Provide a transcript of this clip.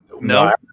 No